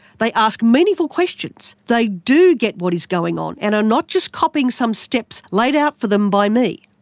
they ask meaningful questions, they do get what is going on, and are not just copying some steps laid out for them by me.